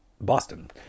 Boston